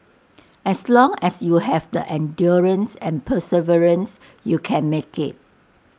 as long as you have the endurance and perseverance you can make IT